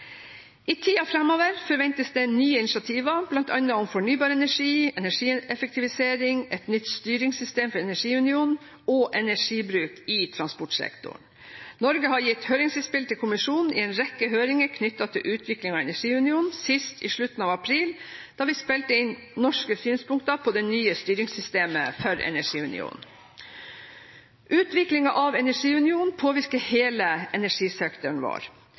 I tida framover forventes det nye initiativer, bl.a. om fornybar energi, energieffektivisering, et nytt styringssystem for energiunionen og energibruk i transportsektoren. Norge har gitt høringsinnspill til kommisjonen i en rekke høringer knyttet til utviklingen av energiunionen, sist i slutten av april da vi spilte inn norske synspunkter på det nye styringssystemet for energiunionen. Utviklingen av energiunionen påvirker hele energisektoren vår.